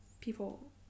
people